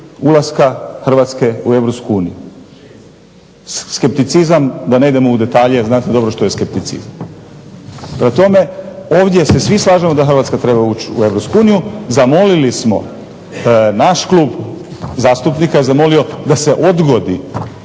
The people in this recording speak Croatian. ulaska Hrvatske u Europsku uniju. Skepticizam da ne idemo u detalje, znate dobro što je skepticizam. Prema tome, ovdje se svi slažemo da Hrvatska treba ući u Europsku uniju. Zamolili smo naš klub zastupnika je zamolio da se odgodi